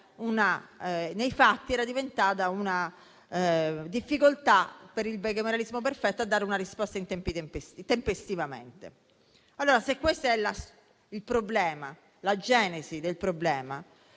nei fatti era diventata una difficoltà del bicameralismo perfetto a dare risposte tempestivamente. Allora, se questa è la genesi del problema,